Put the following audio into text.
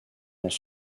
dans